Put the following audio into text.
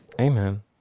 Amen